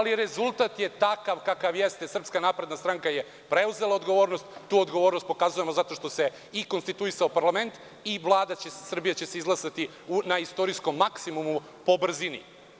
Rezultat je takav kakav jeste, SNS je preuzela odgovornost i tu odgovornost pokazujemo zato što se i konstituisao parlament i Vlada Srbije će se izglasati na istorijskom maksimumu po brzini.